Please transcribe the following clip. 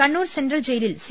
Kannur central ജയിലിൽ C